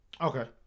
Okay